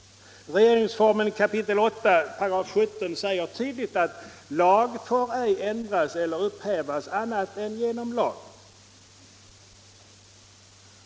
Regeringsformen 8 kap. 17 § säger tydligt, att lag får ej ändras eller upphävas annat än genom lag.